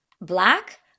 Black